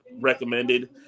recommended